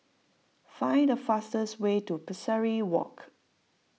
find the fastest way to Pesari Walk